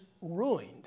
ruined